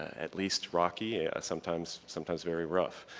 at least rocky, sometimes sometimes very rough.